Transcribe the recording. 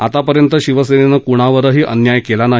आतापर्यंत शिवसेनेनं कोणावरही अन्याय केला नाही